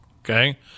okay